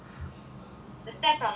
the steps are not very difficult